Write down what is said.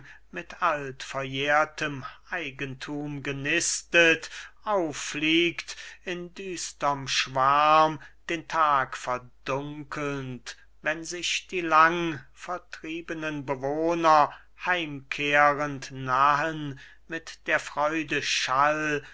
mit altverjährtem eigenthum genistet auffliegt in düsterm schwarm den tag verdunkelnd wenn sich die lang vertriebenen bewohner heimkehrend nahen mit der freude schall